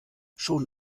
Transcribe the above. schon